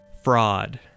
fraud